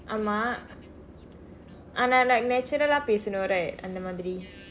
ஆமாம் ஆனா:aamam aana like natural ah பேசணும்:peesanum right அந்த மாதிரி:andtha maathiri